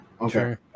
okay